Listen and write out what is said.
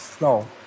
no